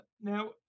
Now